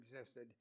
existed